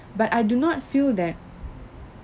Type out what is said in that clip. but I do not feel that